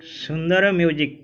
Sundar music